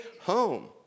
home